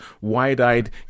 wide-eyed